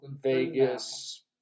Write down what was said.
Vegas